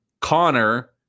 Connor